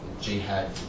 jihad